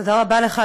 תודה רבה לך,